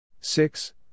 Six